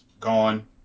Gone